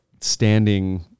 standing